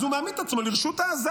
אז הוא מעמיד את עצמו לרשות העזתים.